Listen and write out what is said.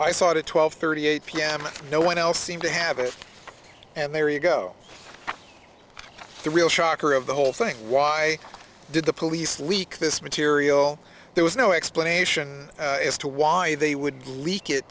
it at twelve thirty eight pm and no one else seemed to have it and there you go the real shocker of the whole thing why did the police leak this material there was no explanation as to why they would leak it